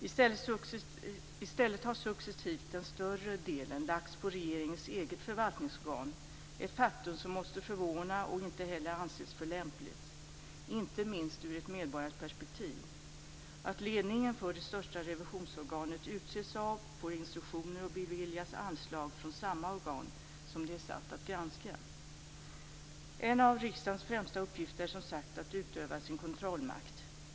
I stället har successivt den större delen lagts på regeringens eget förvaltningsorgan - ett faktum som måste förvåna och inte heller anses lämpligt, inte minst ur ett medborgarperspektiv, dvs. att ledningen för det största revisionsorganet utses av, får instruktioner av och beviljas anslag från samma organ som det är satt att granska. En av riksdagens främsta uppgifter är, som sagt, att utöva sin kontrollmakt.